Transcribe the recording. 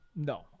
No